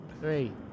Three